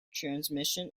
transmission